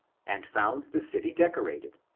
and found the city decorated.